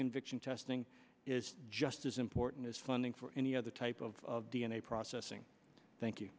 conviction testing is just as important as funding for any other type of d n a processing thank you